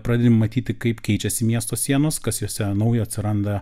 pradedi matyti kaip keičiasi miesto sienos kas jose naujo atsiranda